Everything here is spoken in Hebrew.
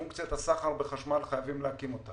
פונקציית הסחר בחשמל חייבים להקים אותה.